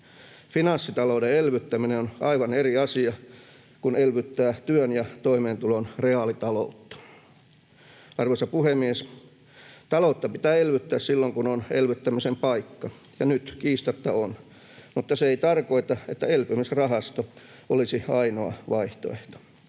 Finanssitalouden elvyttäminen on aivan eri asia kuin elvyttää työn ja toimeentulon reaalitaloutta. Arvoisa puhemies! Taloutta pitää elvyttää silloin, kun on elvyttämisen paikka, ja nyt kiistatta on, mutta se ei tarkoita, että elpymisrahasto olisi ainoa vaihtoehto.